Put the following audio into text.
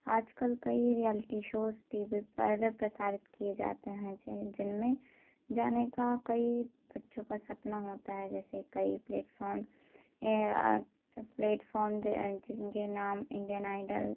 आज कल कईं रियलिटी शोज़ टी वी पर प्रसारित किए जाते हैं जै जिनमें जाने का कई बच्चों का सपना होता है जैसे कई प्लेटफ़ोर्म प्लेटफ़ोर्म जिन के नाम इंडियन आईडल